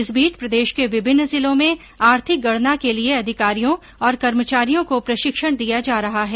इस बीच प्रदेश के विभिन्न जिलों में आर्थिक गणना के लिए अधिकारियों और कर्मचारियों को प्रशिक्षण दिया जा रहा है